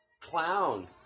clown